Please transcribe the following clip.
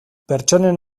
pertsonen